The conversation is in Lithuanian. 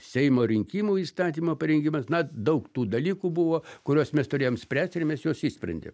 seimo rinkimų įstatymo parengimas na daug tų dalykų buvo kuriuos mes turėjom spręst ir mes juos išsprendėm